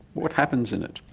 what happens in it?